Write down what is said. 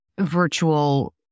virtual